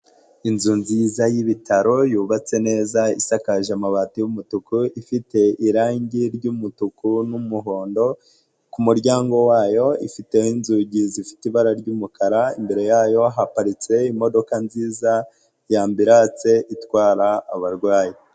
Inzu nziza y'ibitaro yubatse neza isakaje amabati y'umutuku, ifite irange ry'umutuku n'umuhondo, ku kumuryango wayo ifiteho inzugi zifite ibara ry'umukara, imbere yayo haparitse imodoka nziza ya ambiranse itwara abarwayi.